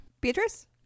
Beatrice